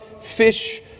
fish